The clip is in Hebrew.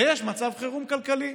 ויש מצב חירום כלכלי,